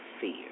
fear